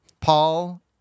Paul